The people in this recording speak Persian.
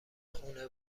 خونه